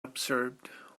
observed